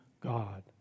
God